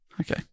Okay